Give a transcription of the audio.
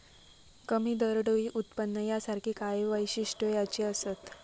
कमी दरडोई उत्पन्न यासारखी काही वैशिष्ट्यो ह्याची असत